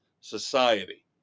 society